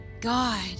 God